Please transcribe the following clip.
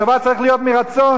צבא צריך להיות מרצון,